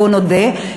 בואו נודה,